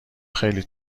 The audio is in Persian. خیلی